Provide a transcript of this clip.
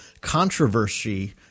controversy